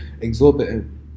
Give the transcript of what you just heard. exorbitant